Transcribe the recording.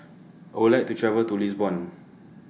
I Would like to travel to Lisbon